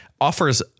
offers